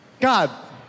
God